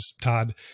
todd